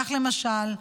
כך למשל,